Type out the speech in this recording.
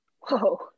Whoa